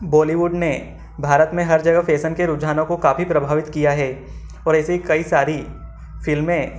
Bollywood ने भारत में हर जगह फ़ेसन के रुझानों को काफ़ी प्रभावित किया है ओर ऐसी कई सारी फ़िल्में